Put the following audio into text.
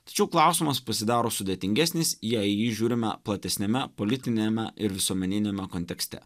tačiau klausimas pasidaro sudėtingesnis jei į jį žiūrime platesniame politiniame ir visuomeniniame kontekste